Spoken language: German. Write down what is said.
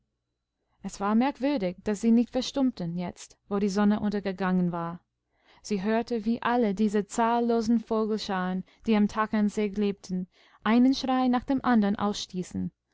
es war merkwürdig daß sie nicht verstummten jetzt wo die sonne untergegangen war sie hörte wie alle diese zahllosen vogelscharen die am tkernsee lebten einen schrei nach dem andern ausstießen